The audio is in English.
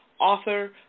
author